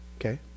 Okay